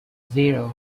zero